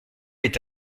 est